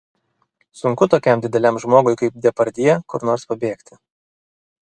sunku tokiam dideliam žmogui kaip depardjė kur nors pabėgti